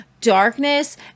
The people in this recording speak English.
darkness